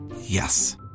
Yes